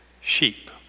sheep